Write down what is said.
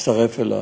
הצטרף אלי,